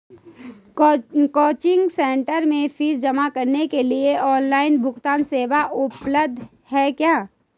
Coaching centre में fees जमा करने के लिए ऑनलाइन भुगतान सेवा उपलब्ध है क्या?